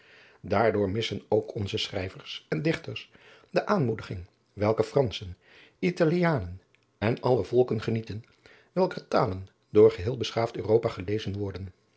daardoor missen ook onze schrijvers en dichters de aanmoediging welke franschen italianen en alle volken genieten welker talen door geheel beschaafd europa gelezen worden